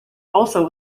also